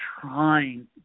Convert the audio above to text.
trying